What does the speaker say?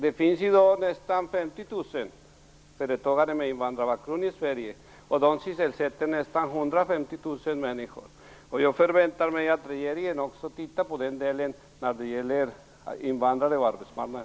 Det finns i dag nästan 50 000 företagare med invandrarbakgrund i Sverige, och de sysselsätter nästan 150 000 människor. Jag förväntar mig att regeringen också tittar närmare på den delen som gäller invandrare och arbetsmarknad.